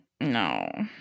No